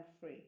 free